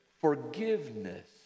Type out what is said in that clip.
forgiveness